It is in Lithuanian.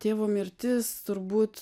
tėvo mirtis turbūt